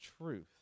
truth